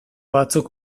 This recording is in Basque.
batzuk